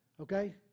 Okay